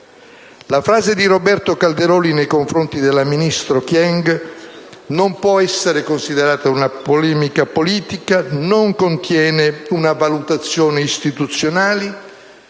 La frase di Roberto Calderoli nei confronti della ministro Kyenge non può essere considerata una polemica politica: non contiene una valutazione istituzionale